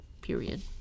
Period